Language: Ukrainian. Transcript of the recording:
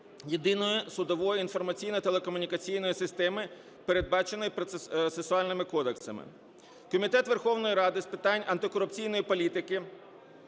єдиної цифрової інформаційно-комунікаційної системи, передбаченої процесуальними кодексами. Комітет Верховної Ради з питань антикорупційної політики